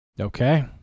Okay